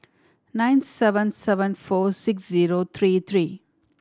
nine seven seven four six zero three three